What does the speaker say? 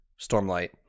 Stormlight